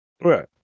Right